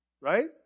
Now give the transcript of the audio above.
right